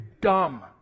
dumb